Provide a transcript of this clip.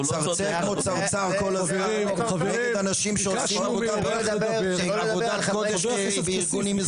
מצרצר כמו צרצר כל הזמן נגד אנשים שעושים עבודה בארגונים אזרחיים.